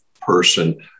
person